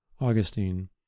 Augustine